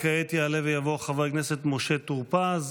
וכעת יעלה ויבוא חבר הכנסת משה טור פז.